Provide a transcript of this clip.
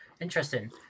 Interesting